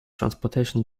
transportation